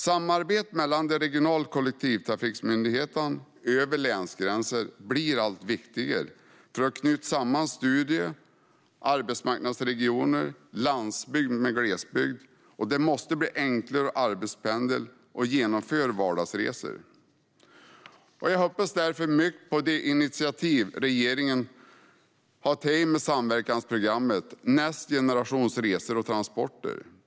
Samarbetet mellan de regionala kollektivtrafikmyndigheterna över länsgränser blir allt viktigare för att knyta samman studie och arbetsmarknadsregioner med landsbygd och glesbygd, och det måste bli enklare att arbetspendla och genomföra vardagsresor. Jag hoppas därför mycket på de initiativ som regeringen har tagit med samverkansprogrammet Nästa generations resor och transporter.